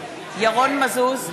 מזוז,